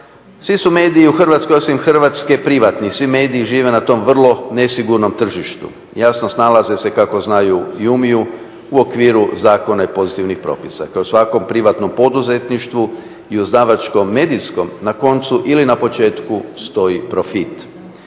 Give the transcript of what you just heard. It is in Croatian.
Svi su mediji u Hrvatskoj osim Hrvatske privatni i svi mediji žive na tom vrlo nesigurnom tržištu, jasno snalaze se kako znaju i umiju u okviru zakona i pozitivnih propisa. Kao i u svakom privatnom poduzetništvu i u izdavačkom medijskom na koncu ili na početku stoji profit.